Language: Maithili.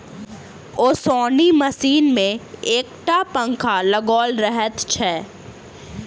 ओसौनी मशीन मे एक टा पंखा लगाओल रहैत छै